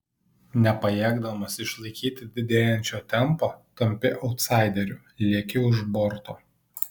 nepajėgdamas išlaikyti didėjančio tempo tampi autsaideriu lieki už borto